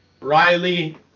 Riley